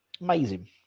amazing